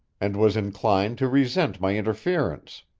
and was inclined to resent my interference.